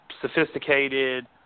sophisticated